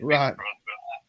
Right